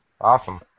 Awesome